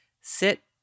sit